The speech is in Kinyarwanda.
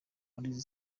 muri